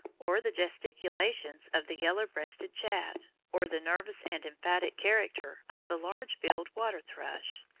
or the gesticulations of the yellow breasted chat, or the nervous and emphatic character of the large-billed water thrush,